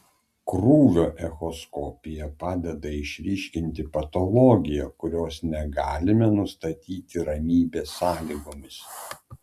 krūvio echoskopija padeda išryškinti patologiją kurios negalime nustatyti ramybės sąlygomis